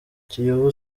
kiyovu